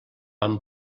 amb